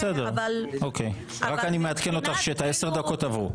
בסדר, אוקיי, רק אני מעדכן אותך שעשר הדקות עברו.